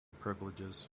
privileges